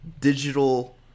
digital